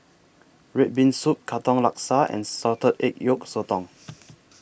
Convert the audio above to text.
Red Bean Soup Katong Laksa and Salted Egg Yolk Sotong